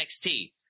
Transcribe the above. NXT